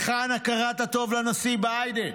היכן הכרת הטוב לנשיא ביידן?